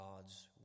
God's